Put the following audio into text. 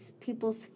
people's